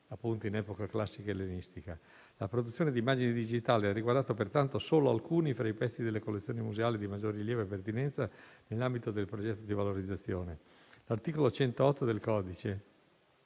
appunto, in epoca classica-ellenistica. La produzione di immagini digitali ha riguardato pertanto solo alcuni fra i pezzi delle collezioni museali di maggior rilievo e pertinenza nell'ambito del progetto di valorizzazione. L'articolo 108 del codice